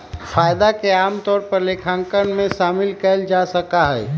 फायदा के आमतौर पर लेखांकन में शामिल कइल जा सका हई